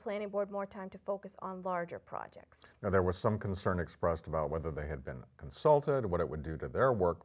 planning board more time to focus on larger projects now there was some concern expressed about whether they had been consulted what it would do to their work